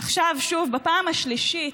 עכשיו שוב, בפעם השלישית,